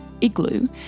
Igloo